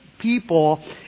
people